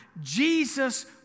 Jesus